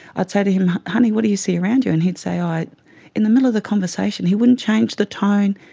i'd say to him, honey, what do you see around you? and he'd say, in the middle of the conversation, he wouldn't change the tone,